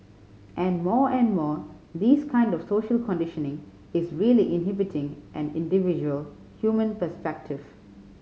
and more and more this kind of social conditioning is really inhibiting an individual human perspective